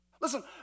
Listen